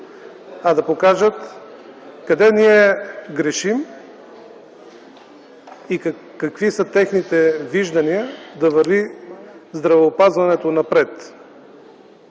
а да покажат къде ние грешим и какви са техните виждания здравеопазването да